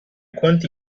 quanti